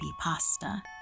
pasta